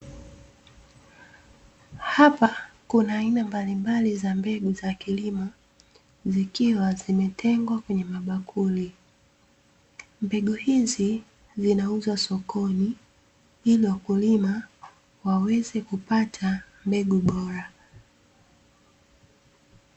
Hapa kuna aina mbalimbali za mbegu za kilimo, zikiwa zimetengwa kwenye mabakuli. Mbegu hizi zinauzwa sokoni, ili wakulima waweze kupata mbegu bora.